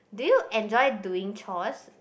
do you enjoy doing chores